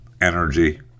energy